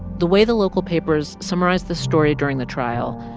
the way the local papers summarized the story during the trial,